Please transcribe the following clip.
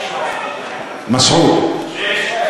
מסעוד.